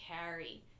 carry